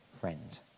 friend